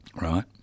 Right